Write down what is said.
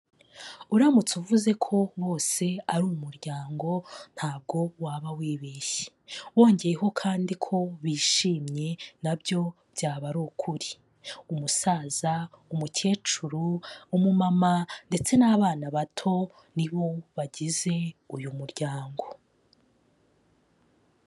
Uramutse uvuze ko bose ari umuryango ntabwo waba wibeshye wongeyeho kandi ko bishimye na byo byaba ari ukuri, umusaza, umukecuru, umumama ndetse n'abana bato ni bo bagize uyu muryango.